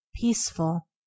peaceful